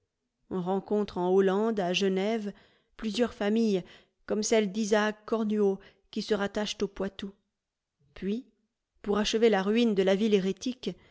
on rencontre en hollande à genève plusieurs familles comme celle d'isaac cornuaud i qui se rattachent au poitou puis pour achever la ruine de la ville hérétique